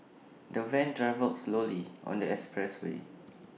the van travelled slowly on the expressway